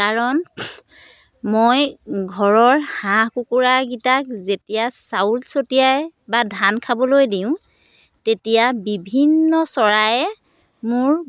কাৰণ মই ঘৰৰ হাঁহ কুকুৰাকেইটাক যেতিয়া চাউল ছটিয়াই বা ধান খাবলৈ দিওঁ তেতিয়া বিভিন্ন চৰায়ে মোৰ